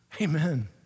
Amen